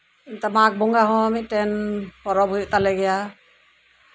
ᱚᱱᱛᱮ ᱢᱟᱜᱽ ᱵᱚᱸᱜᱟ ᱦᱚᱸ ᱢᱤᱫᱴᱮᱱ ᱯᱚᱨᱚᱵᱽ ᱦᱩᱭᱩᱜ ᱛᱟᱞᱮ ᱜᱮᱭᱟ